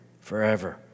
forever